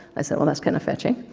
i said, well that's kind of fetching,